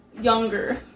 younger